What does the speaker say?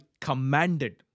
commanded